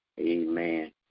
Amen